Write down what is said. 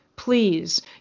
please